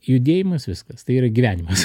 judėjimas viskas tai yra gyvenimas